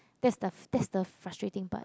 that's the that's the frustrating part